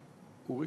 אחריו,